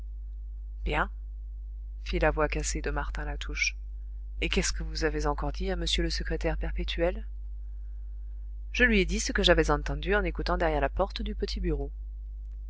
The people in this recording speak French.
fit la voix cassée de martin latouche et qu'est-ce que vous avez encore dit à m le secrétaire perpétuel je lui ai dit ce que j'avais entendu en écoutant derrière la porte du petit bureau